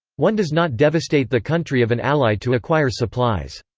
one does not devastate the country of an ally to acquire supplies.